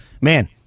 man